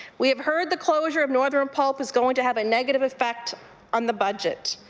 we have heard the closure of northern pulp is going to have a negative effect on the budget.